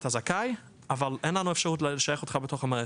אתה זכאי אבל אין לנו אפשרות לשייך אותך בתוך המערכת".